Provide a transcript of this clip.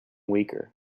weaker